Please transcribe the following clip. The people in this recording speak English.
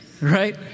right